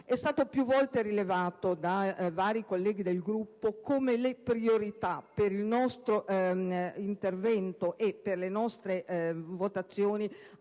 È stato più volte rilevato da vari colleghi del Gruppo come le priorità per il nostro intervento e per le nostre votazioni